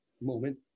moment